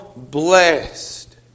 Blessed